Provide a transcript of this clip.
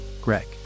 Greg